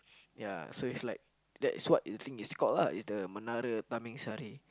ya so it's like that's what you think it's called ah it's the Menara-Tamingsari